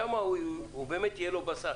שם באמת יהיה לו בשר.